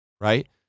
Right